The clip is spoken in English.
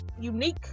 unique